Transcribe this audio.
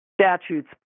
statutes